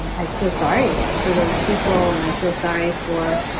i feel sorry for those people and i feel sorry for,